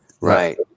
Right